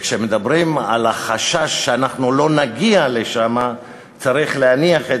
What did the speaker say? כשמדברים על החשש שאנחנו נגיע לשם צריך להניח את